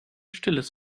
stilles